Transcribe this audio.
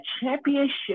championship